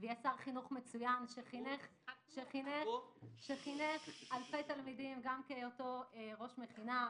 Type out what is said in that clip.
ויהיה שר חינוך מצוין שחינך אלפי ילדים גם כהיותו ראש מכינה,